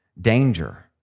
danger